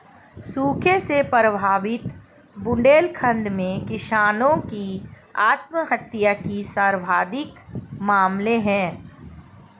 सूखे से प्रभावित बुंदेलखंड में किसानों की आत्महत्या के सर्वाधिक मामले है